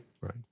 Right